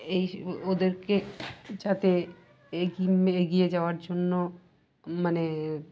এই ওদেরকে যাতে এগিয়ে যাওয়ার জন্য মানে